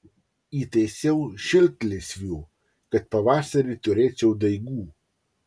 įtaisiau šiltlysvių kad pavasarį turėčiau daigų